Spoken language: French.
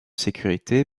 sécurité